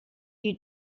you